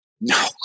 No